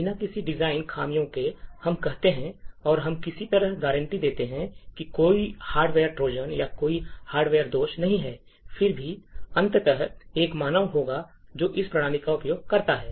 बिना किसी डिजाइन खामियों के हम कहते हैं और हम किसी तरह गारंटी देते हैं कि कोई हार्डवेयर ट्रोजन या कोई हार्डवेयर दोष नहीं हैं फिर भी अंततः एक मानव होगा जो इस प्रणाली का उपयोग करता है